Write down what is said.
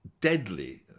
deadly